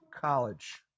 college